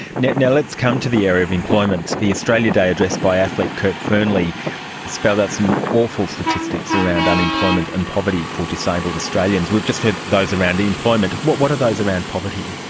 you know let's come to the area of employment. the australia day address of athlete kurt fearnley spells out some awful statistics around unemployment and poverty for disabled australians. we've just heard those around the employment. what what are those around poverty?